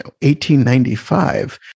1895